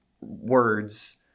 words